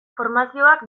formazioak